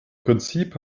prinzip